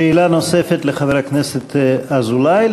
שאלה נוספת לחבר הכנסת אזולאי.